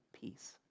peace